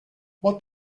what